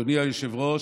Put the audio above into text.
אדוני היושב-ראש,